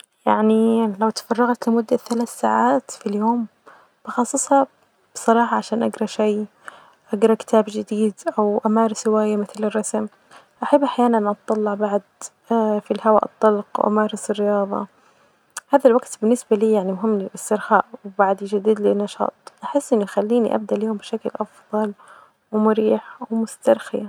يعني لو تفرغت لمدة ثلاث ساعات في اليوم بخصصها بصراحة عشان أجرا شئ ،أجرا كتاب جديد ،أو أمارس هواية مثل الرسم، أحب أحيانا أطلع بعد في الهواء الطلق، أمارس الرياظة، هذا الوجت بالنسبة لي مهم للإسترخاء، وبعد جديد للنشاط أحس أنه بيخليني أبدأ اليوم بشكل أفظل، وريح ومسترخية.